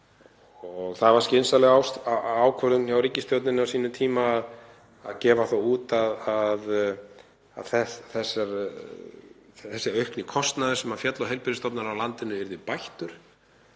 og það var skynsamleg ákvörðun hjá ríkisstjórninni á sínum tíma að gefa það út að þessi aukni kostnaður sem féll á heilbrigðisstofnanir á landinu yrði bættur.